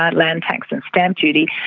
ah land tax and stamp duty,